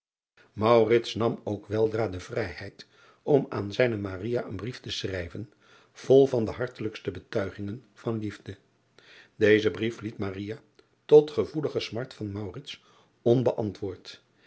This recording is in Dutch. nam ook weldra de vrijheid om aan zijne een brief te schrijven vol van de hartelijkste betuigingen van liefde ezen brief liet tot gevoelige smart van onbeantwoord